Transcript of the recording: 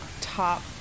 top